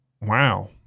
Wow